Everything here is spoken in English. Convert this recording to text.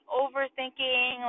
overthinking